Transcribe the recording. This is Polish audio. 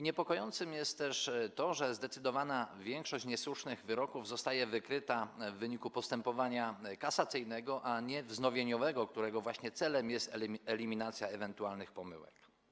Niepokojące jest też to, że zdecydowana większość niesłusznych wyroków zostaje wykryta w wyniku postępowania kasacyjnego, a nie wznowieniowego, którego celem jest właśnie eliminacja ewentualnych pomyłek.